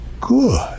good